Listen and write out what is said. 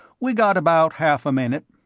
we got about half a minute.